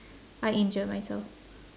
I injure myself